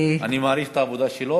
אני מעריך את העבודה שלו,